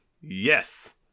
Yes